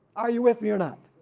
are you with me or not?